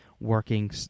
Working